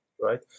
right